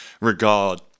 regard